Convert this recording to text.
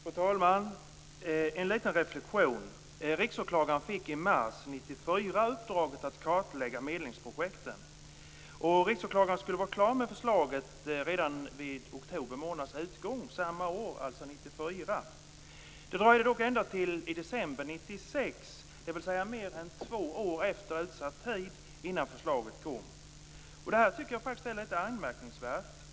Fru talman! En liten reflexion: Riksåklagaren fick i mars 1994 uppdraget att kartlägga medlingsprojekten. Riksåklagaren skulle vara klar med detta redan vid oktober månads utgång samma år, alltså 1994. Det dröjde dock ända till december 1996, dvs. mer än två år efter utsatt tid, innan förslaget kom. Det här tycker jag faktiskt är litet anmärkningsvärt.